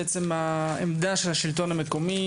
העמדה של השלטון המקומי,